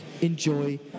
enjoy